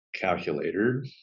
calculator